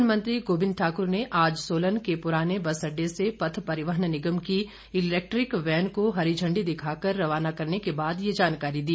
परिवहन मंत्री गोबिंद ठाकुर ने आज सोलन के पुराने बस अड्डे से पथ परिवहन निगम की इलैक्ट्रिक वैन को हरी झण्डी दिखाकर रवाना करने के बाद ये जानकारी दी